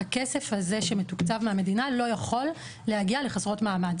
הכסף הזה שמתוקצב מהמדינה לא יכול להגיע לחסרות מעמד.